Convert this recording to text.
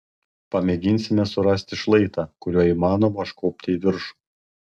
pamėginsime surasti šlaitą kuriuo įmanoma užkopti į viršų